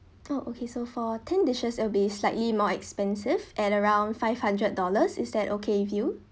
oh okay so for ten dishes it will be slightly more expensive at around five hundred dollars is that okay with you